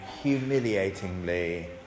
humiliatingly